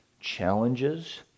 challenges